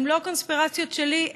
הן לא קונספירציות שלי,